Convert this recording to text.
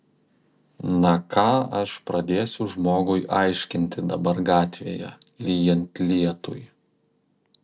na ką aš pradėsiu žmogui aiškinti dabar gatvėje lyjant lietui